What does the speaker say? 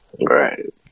Right